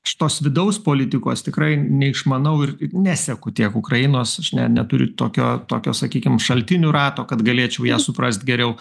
šitos vidaus politikos tikrai neišmanau ir neseku tiek ukrainos aš ne neturiu tokio tokio sakykim šaltinių rato kad galėčiau ją suprast geriau